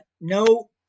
No